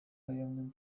tajemnym